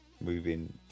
moving